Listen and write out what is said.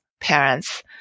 parents